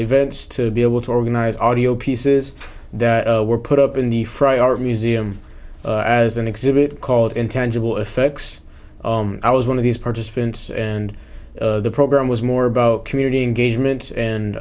events to be able to organize audio pieces that were put up in the fry art museum as an exhibit called intangible effects i was one of these participants and the program was more about community engagement and